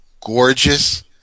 gorgeous